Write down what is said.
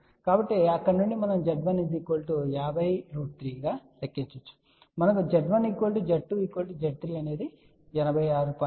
కాబట్టి అక్కడ నుండి మనం Z1503 ను లెక్కించవచ్చు మరియు మనకు Z1 Z2 Z3 86